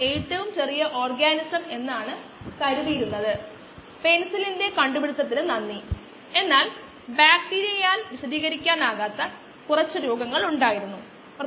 x minus x naught കോശങ്ങളുടെ അളവ് ആണ് ഉപഭോഗം ചെയ്യുന്ന സബ്സ്ട്രേറ്റ് സാന്ദ്രതയാൽ ഉത്പാദിപ്പിക്കപ്പെടുന്ന കോശങ്ങളുടെ സാന്ദ്രത